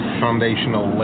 foundational